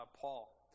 Paul